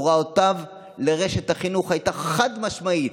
הוראתו לרשת החינוך הייתה חד-משמעית: